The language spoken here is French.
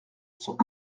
sont